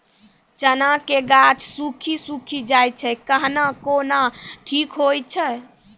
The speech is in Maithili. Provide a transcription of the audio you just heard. चना के गाछ सुखी सुखी जाए छै कहना को ना ठीक हो छै?